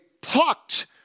plucked